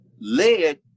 led